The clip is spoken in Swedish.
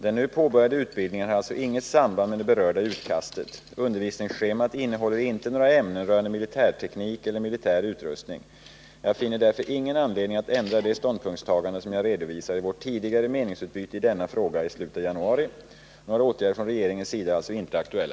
Den nu påbörjade utbildningen har alltså inget samband med det berörda utkastet. Undervisningsschemat innehåller inte några ämnen rörande militärteknik eller militär utrustning. Jag finner därför ingen anledning att ändra det ståndpunktstagande som jag redovisade vid vårt tidigare meningsutbyte i denna fråga i slutet av januari. Några åtgärder från regeringens sida är alltså inte aktuella.